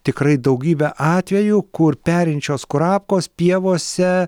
tikrai daugybę atvejų kur perinčios kurapkos pievose